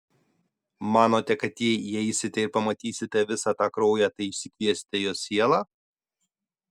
manote kad jei įeisite ir pamatysite visą tą kraują tai išsikviesite jos sielą